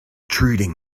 treating